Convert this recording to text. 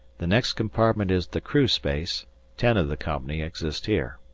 the next compartment is the crew space ten of the company exist here.